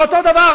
זה אותו דבר.